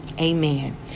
Amen